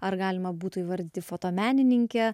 ar galima būtų įvardyti fotomenininke